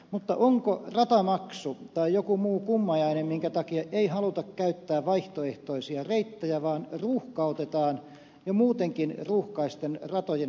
mutta onko syynä ratamaksu tai joku muu kummajainen minkä takia ei haluta käyttää vaihtoehtoisia reittejä vaan ruuhkautetaan jo muutenkin ruuhkaisten ratojen liikennettä